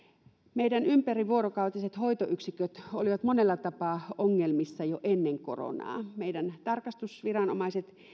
meidän ympärivuorokautiset hoitoyksiköt olivat monella tapaa ongelmissa jo ennen koronaa tarkastusviranomaiset